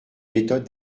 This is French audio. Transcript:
méthodes